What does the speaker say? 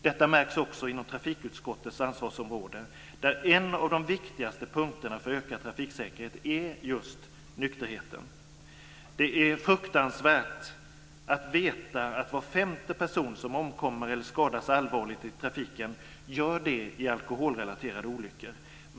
Detta märks också inom trafikutskottets ansvarsområde där en av de viktigaste punkterna för ökad trafiksäkerhet är just nykterheten. Det är fruktansvärt att veta att var femte person som omkommer eller skadas allvarligt i trafiken gör det i alkoholrelaterade olyckor.